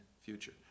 future